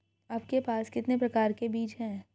आपके पास कितने प्रकार के बीज हैं?